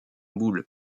boule